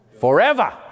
Forever